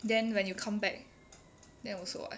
then when you come back then also [what]